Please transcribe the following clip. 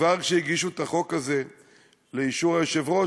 כבר כשהגישו את החוק הזה לאישור היושב-ראש,